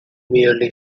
merely